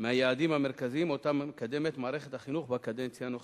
מהיעדים המרכזיים שאותם מקדמת מערכת החינוך בקדנציה הנוכחית.